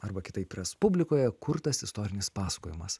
arba kitaip respublikoje kurtas istorinis pasakojimas